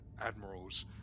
admirals